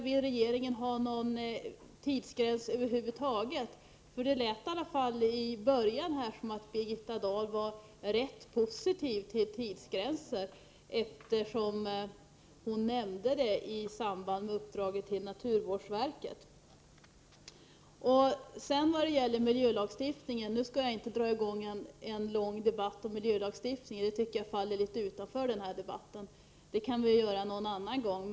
Vill regeringen ha någon tidsgräns över huvud taget? I början av Birgitta Dahls inlägg lät det som om hon var rätt positiv till tidsgränser, eftersom hon nämnde det i samband med uppdraget till naturvårdsverket. Jag vill sedan säga något om miljölagstiftningen, men jag skall inte dra i gång en lång debatt om den. Jag tycker detta ämne faller litet utanför den här debatten — den debatten kan vi ha någon annan gång.